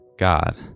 god